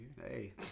Hey